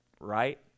right